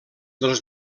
dels